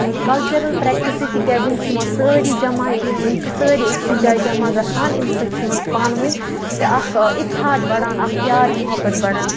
cultural پرٛٮ۪کٹِسٕے تِکیٛازِ یِم چھِ یِوان سٲری جَمع یِم چھِ سٲری أکسٕے جایہِ جَمع گژھان أمۍ سۭتۍ چھُ یِمَن پانہٕ ؤنۍ اَکھ اِتحاد بَڑان اَکھ پیار محبت بَڑان